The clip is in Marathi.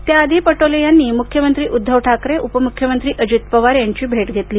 त्या आधी पटोले यांनी मुख्यमंत्री उद्दव ठाकरे उपमुख्यमंत्री अजित पवार यांची भेट घेतली